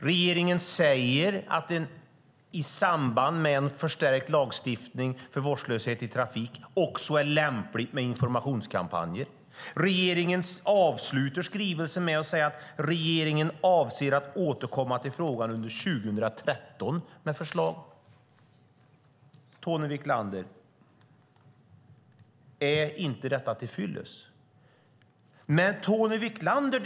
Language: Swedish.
Regeringen säger att det i samband med en förstärkt lagstiftning om vårdslöshet i trafiken är lämpligt med informationskampanjer. Regeringen avslutar skrivelsen med att säga: Regeringen avser att återkomma i frågan under 2013 med förslag. Är inte detta till fyllest, Tony Wiklander?